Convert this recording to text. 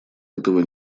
этого